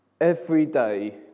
everyday